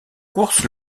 course